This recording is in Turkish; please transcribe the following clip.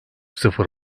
sıfır